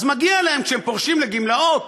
אז מגיע להם, כשהם פורשים לגמלאות,